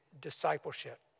discipleship